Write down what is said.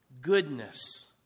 goodness